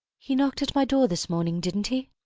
he knocked at my door this morning, didn't he?